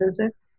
physics